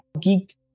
geek